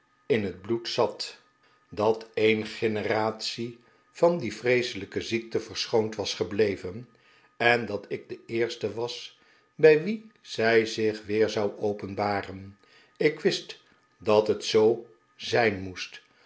in het bloed zatj dat een generatie van die vreeselijke ziekte verschoond was gebleven en dat ik de eerste was bij wi en zij zich weer zou openbaren ik wist dat het zoo zijn moest